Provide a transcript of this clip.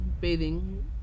bathing